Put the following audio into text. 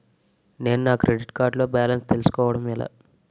నేను నా credit card లో బాలన్స్ తెలుసుకోవడం ఎలా?